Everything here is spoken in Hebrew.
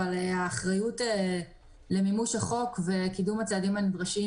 אבל האחריות למימוש החוק וקידום הצעדים הנדרשים